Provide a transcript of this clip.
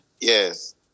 Yes